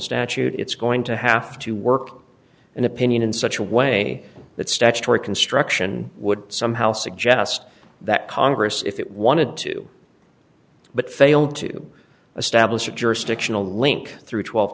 statute it's going to have to work an opinion in such a way that statutory construction would somehow suggest that congress if it wanted to but failed to establish a jurisdictional link through